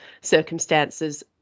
circumstances